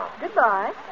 Goodbye